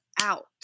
out